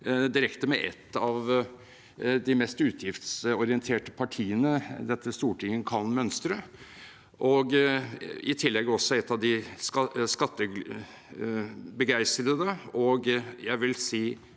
direkte med et av de mest utgiftsorienterte partiene dette stortinget kan mønstre, og i tillegg også et av de mest skattebegeistrede og – jeg vil si